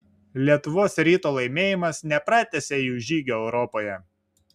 lietuvos ryto laimėjimas nepratęsė jų žygio europoje